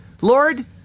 Lord